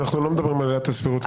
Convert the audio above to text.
אנחנו לא מדברים על עילת הסבירות.